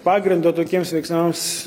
pagrindo tokiems veiksmams